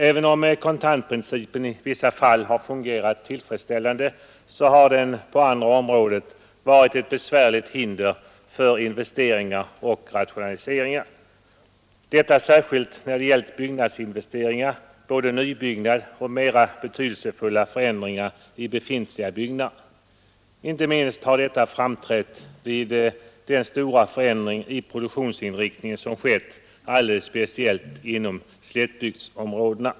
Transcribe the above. Även om kontantprincipen i vissa fall har fungerat tillfredsställande, har den på andra områden varit ett besvärligt hinder för investeringar och rationaliseringar, detta särskilt när det gällt byggnadsinvesteringar — både nybyggnad och mera betydelsefulla förändringar i befintliga byggnader. Inte minst har detta framträtt vid den stora förändring i produktionsinriktning som skett, alldeles speciellt inom slättbygdsområdena.